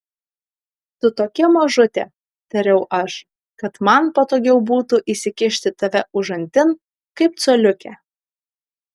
tu tokia mažutė tariau aš kad man patogiau būtų įsikišti tave užantin kaip coliukę